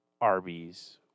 Arby's